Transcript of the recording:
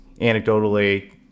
anecdotally